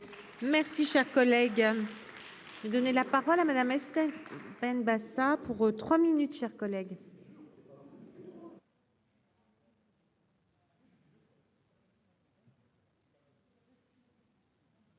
Merci, cher collègue, de donner la parole à Madame Estelle. Benbassa pour 3 minutes chers collègues.